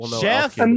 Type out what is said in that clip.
Chef